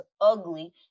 ugly